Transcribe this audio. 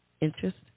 interest